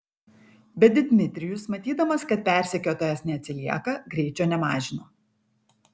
bet dmitrijus matydamas kad persekiotojas neatsilieka greičio nemažino